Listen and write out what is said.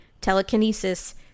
telekinesis